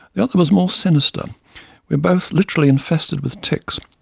the other was more sinister we both literally infested with ticks,